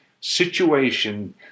situation